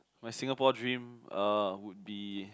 my Singapore dream uh would be